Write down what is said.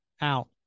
out